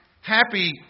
happy